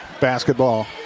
basketball